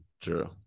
true